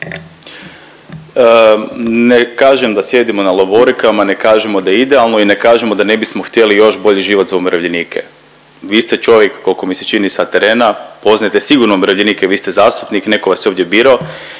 Ne kažem da sjedimo na lovorikama, ne kažemo da je idealno i ne kažemo da ne bismo htjeli još bolji život za umirovljenike. Vi ste čovjek, koliko mi se čini, sa terena, poznajete sigurno umirovljenike, vi ste zastupnik, netko vas je ovdje birao